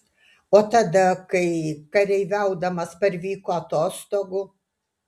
o tada kai kareiviaudamas parvyko atostogų